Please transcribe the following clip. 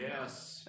Yes